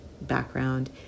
background